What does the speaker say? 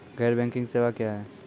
गैर बैंकिंग सेवा क्या हैं?